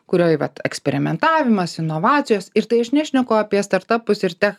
kurioj vat eksperimentavimas inovacijos ir tai aš nešneku apie startapus ir tech